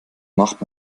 macht